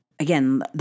again